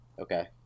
Okay